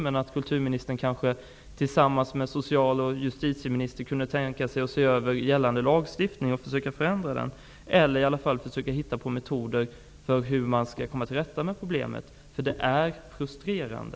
Men kulturministern kan kanske tillsammans med social och justitieministern se över eller förändra gällande lagstiftning eller finna andra metoder för att komma till rätta med problemet. Det är frustrerande.